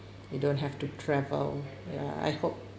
you don't have to travel ya I hope